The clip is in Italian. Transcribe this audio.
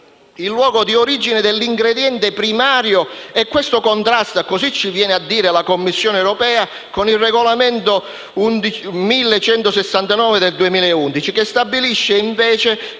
il luogo di origine dell'ingrediente primario. Questo contrasta - così ci viene a dire la Commissione europea - con il regolamento n. 1169/2011, che stabilisce invece